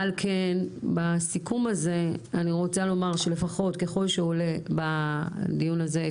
על כן בסיכום הזה אני רוצה לומר שלפחות ככל שעולה בדיון הזה,